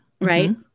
Right